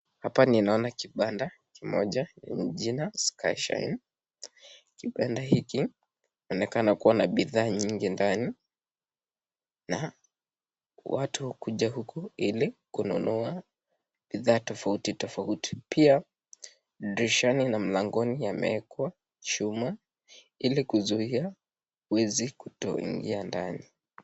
Hapa ninaona kibanda kimoja yenye jina Skyshine . Kibanda hiki kinaonekana kuwa na bidhaa nyingi ndani na watu hukuja huku ili kununua bidhaa tofauti tofauti. Pia dirishani na mlangoni yamewekwa chuma ili kuzuia wezi kutoingia ndani.